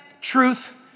truth